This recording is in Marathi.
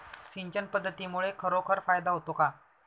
सिंचन पद्धतीमुळे खरोखर फायदा होतो का?